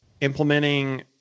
implementing